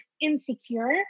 insecure